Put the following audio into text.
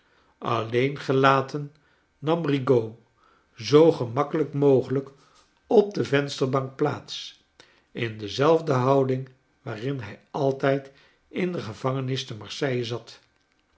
alleen gelaten nam rigaud zoo gemakkelijk mogelijk op de vensterbank plaats in dezelfde houding waarin hij altij d in de gevangenis te marseille zat